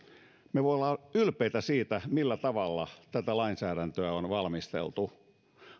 me voimme olla ylpeitä siitä millä tavalla tätä lainsäädäntöä on valmisteltu